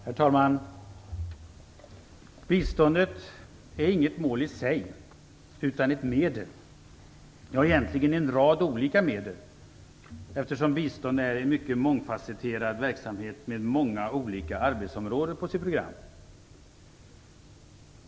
Herr talman! Biståndet är inget mål i sig utan ett medel, ja, egentligen en rad olika medel, eftersom bistånd är en mycket mångfacetterad verksamhet med många olika arbetsområden på sitt program.